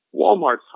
Walmart's